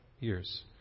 Years